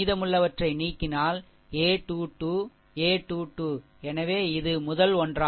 மீதமுள்ளவற்றை நீக்கினால் a 2 2 a 2 2 a 2 2 a 2 2 எனவே இது முதல் ஒன்றாகும்